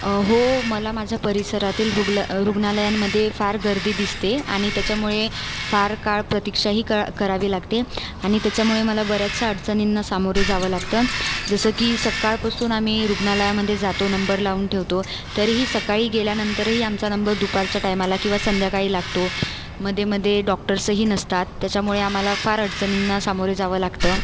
हो मला माझ्या परिसरातील रुग्ला रुग्णालयांमध्ये फार गर्दी दिसते आणि त्याच्यामुळे फार काळ प्रतीक्षाही क करावी लागते आणि त्याच्यामुळे मला बऱ्याचशा अडचणींना सामोरे जावं लागतं जसं की सकाळपासून आम्ही रुग्णालयामध्ये जातो नंबर लावून ठेवतो तरीही सकाळी गेल्यानंतरही आमचा नंबर दुपारच्या टाईमाला किंवा संध्याकाळी लागतो मध्ये मध्ये डॉक्टर्सही नसतात त्याच्यामुळे आम्हाला फार अडचणींना सामोरे जावं लागतं